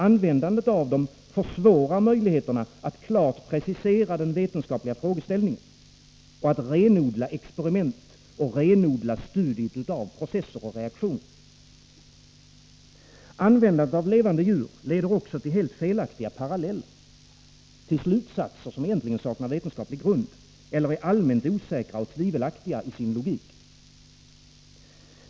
Användandet av dem försvårar möjligheterna att klart precisera den vetenskapliga frågeställningen och att renodla experiment och studiet av processer och reaktioner. Användandet av levande djur leder oss också till helt felaktiga paralleller — till slutsatser som egentligen saknar vetenskaplig grund eller är allmänt osäkra och tvivelaktiga i sin logik.